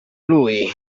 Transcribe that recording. lui